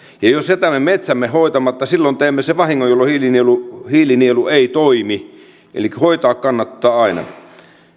ja jos jätämme metsämme hoitamatta silloin teemme sen vahingon että hiilinielu ei toimi eli hoitaa kannattaa aina